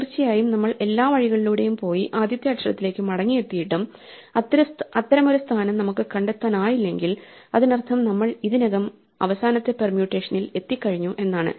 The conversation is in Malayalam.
തീർച്ചയായും നമ്മൾ എല്ലാ വഴികളിലൂടെയും പോയി ആദ്യത്തെ അക്ഷരത്തിലേക്ക് മടങ്ങിയെത്തിയിട്ടും അത്തരമൊരു സ്ഥാനം നമുക്ക് കണ്ടെത്താനായില്ലെങ്കിൽ അതിനർത്ഥം നമ്മൾ ഇതിനകം അവസാനത്തെ പെർമ്യൂട്ടേഷനിൽ എത്തിക്കഴിഞ്ഞു എന്നാണ്